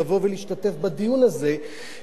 לבוא ולהשתתף בדיון הזה,